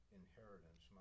inheritance